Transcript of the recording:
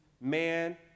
Man